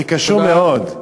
זה קשור מאוד.